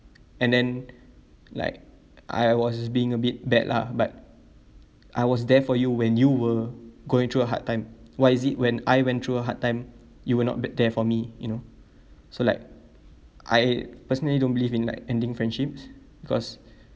and then like I was being a bit bad lah but I was there for you when you were going through a hard time why is it when I went through a hard time you were not b~ there for me you know so like I personally don't believe in like ending friendships cause